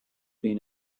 been